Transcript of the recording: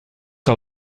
que